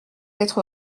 être